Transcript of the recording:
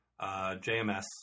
JMS